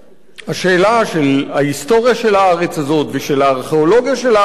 השאלה של ההיסטוריה של הארץ הזאת ושל הארכיאולוגיה של הארץ הזו,